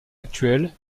actuel